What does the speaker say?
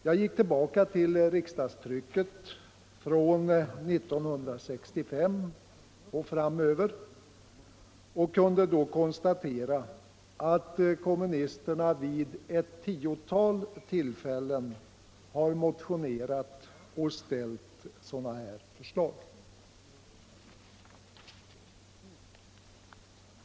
Jag gick till riksdagstrycket från 1965 och framåt och kunde då konstatera att kommunisterna vid tiotal tillfällen har motionerat och ställt sådana här förslag.